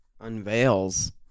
unveils